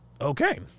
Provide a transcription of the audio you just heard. Okay